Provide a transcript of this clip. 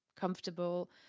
comfortable